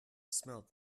smelled